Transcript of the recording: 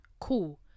cool